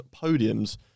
podiums